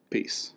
Peace